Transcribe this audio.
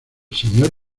señor